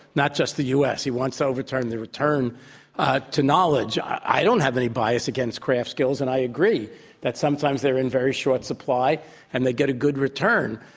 not just the u. s, he wants to overturn the return to knowledge. i don't have any bias against craft skills and i agree that sometimes they're in very short supply and they get a good return,